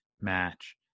match